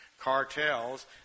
cartels